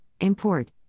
import